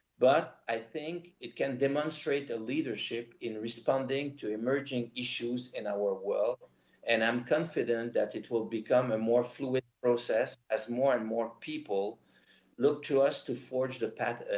but i think it can demonstrate a leadership in responding to emerging issues in our world and i'm confident that it will become a and more fluid process as more and more people look to us to forge the path.